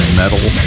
metal